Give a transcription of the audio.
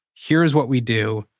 here is what we do.